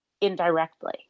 indirectly